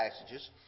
passages